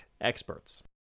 experts